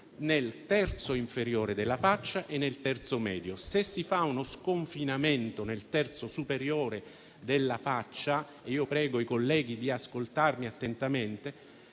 nel terzo medio della faccia. Se si fa uno sconfinamento nel terzo superiore della faccia - e prego i colleghi di ascoltarmi attentamente